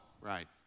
right